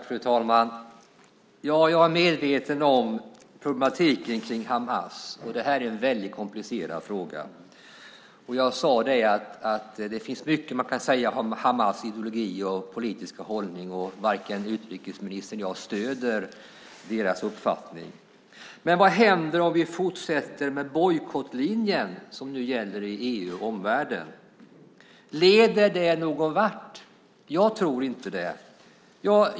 Fru talman! Jag är medveten om problematiken kring Hamas. Det är en väldigt komplicerad fråga. Jag sade att det finns mycket man kan säga om Hamas ideologi och politiska hållning. Varken utrikesministern eller jag stöder deras uppfattning. Men vad händer om vi fortsätter med bojkottlinjen som nu gäller i EU och i omvärlden? Leder det någonvart? Jag tror inte det.